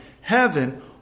heaven